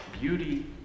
beauty